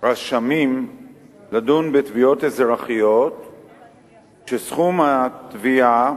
רשמים לדון בתביעות אזרחיות כשסכום התביעה